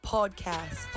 Podcast